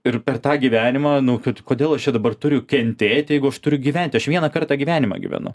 ir per tą gyvenimą nu kodėl aš čia dabar turiu kentėt jeigu aš turiu gyvent aš vieną kartą gyvenimą gyvenu